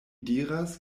diras